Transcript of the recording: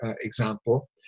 example